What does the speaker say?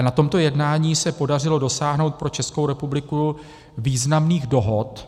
Na tomto jednání se podařilo dosáhnout pro Českou republiku významných dohod.